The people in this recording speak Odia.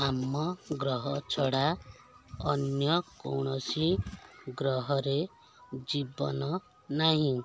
ଆମ ଗ୍ରହ ଛଡ଼ା ଅନ୍ୟ କୌଣସି ଗ୍ରହରେ ଜୀବନ ନାହିଁ